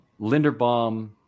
Linderbaum